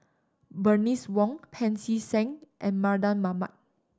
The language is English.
Bernice Wong Pancy Seng and Mardan Mamat